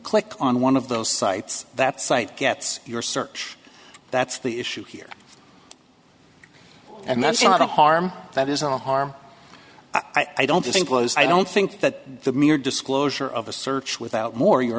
click on one of those sites that site gets your search that's the issue here and that's not a harm that is a harm i don't think was i don't think that the mere disclosure of a search without more your